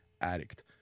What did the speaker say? addict